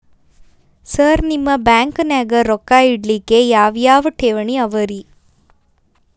Sir ನಿಮ್ಮ ಬ್ಯಾಂಕನಾಗ ರೊಕ್ಕ ಇಡಲಿಕ್ಕೆ ಯಾವ್ ಯಾವ್ ಠೇವಣಿ ಅವ ರಿ?